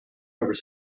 never